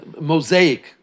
mosaic